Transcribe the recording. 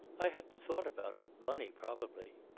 i hadn't thought about it. money, probably.